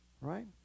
right